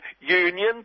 union